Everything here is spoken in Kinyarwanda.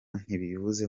ntibivuze